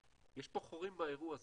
יש פה חורים באירוע הזה.